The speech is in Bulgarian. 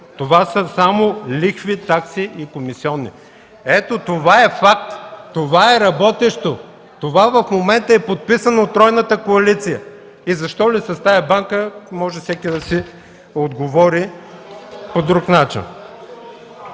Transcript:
Това са само лихви, такси и комисионни. (Реплики от КБ.) Ето това е факт! Това е работещо. Това в момента е подписано от тройната коалиция и защо ли с тази банка – може всеки да си отговори по друг начин.